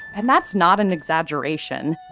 and that's not an exaggeration.